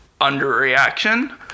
underreaction